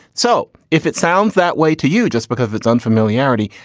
so if it sounds that way to you just because it's unfamiliarity,